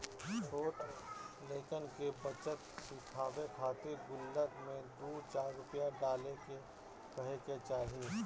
छोट लइकन के बचत सिखावे खातिर गुल्लक में दू चार रूपया डाले के कहे के चाही